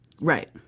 Right